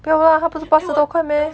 不要 lah 他不是八十多快 meh